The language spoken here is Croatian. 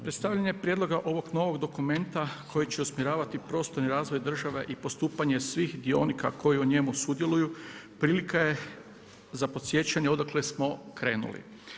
Predstavljanje prijedloga ovog novog dokumenta koji će usmjeravati prostorni razvoj države i postupanje svih dionika koji u njemu sudjeluju, prilika je za podsjećanje odakle smo krenuli.